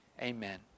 Amen